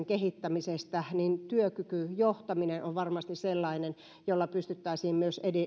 kehittämisestä ja työkykyjohtaminen on varmasti sellainen jolla pystyttäisiin